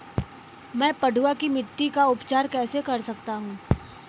मैं पडुआ की मिट्टी का उपचार कैसे कर सकता हूँ?